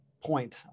point